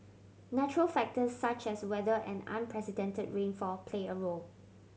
natural factors such as weather and unprecedented rainfall play a role